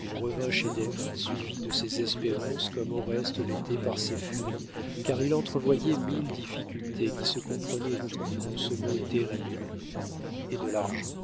il revint chez david suivi de ses espérances comme oreste l'était par ses furies car il entrevoyait mille difficultés qui se comprenaient toutes dans ce mot terrible et de l'argent